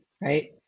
right